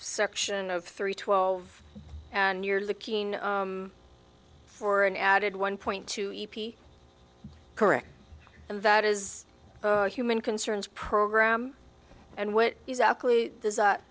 section of three twelve and you're looking for an added one point two e p correct and that is a human concerns program and what exactly does that